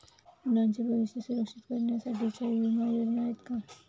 मुलांचे भविष्य सुरक्षित करण्यासाठीच्या विमा योजना आहेत का?